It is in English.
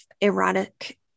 erotic